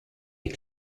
les